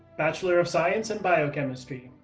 bachelor of science in biochemistry.